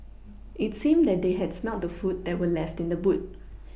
it seemed that they had smelt the food that were left in the boot